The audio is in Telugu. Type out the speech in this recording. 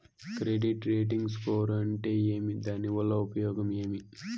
క్రెడిట్ రేటింగ్ స్కోరు అంటే ఏమి దాని వల్ల ఉపయోగం ఏమి?